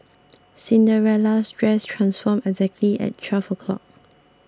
Cinderella's dress transformed exactly at twelve O' clock